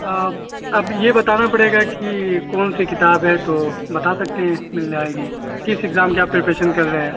اب یہ بتانا پڑے گا کہ کون سی کتاب ہے تو بتا سکتے ہیں مل جائے گی کس ایگزام کی آپ پریپریشن کر رہے ہیں